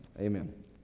amen